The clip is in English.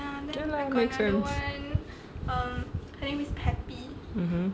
okay lah makes sense mmhmm